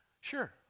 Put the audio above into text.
Sure